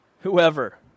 Whoever